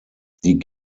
die